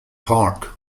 park